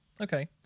Okay